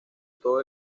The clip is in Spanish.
todo